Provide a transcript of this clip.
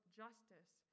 justice